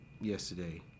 Yesterday